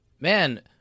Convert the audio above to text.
Man